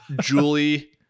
Julie